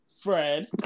Fred